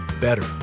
better